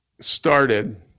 Started